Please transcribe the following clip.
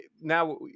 now